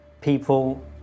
people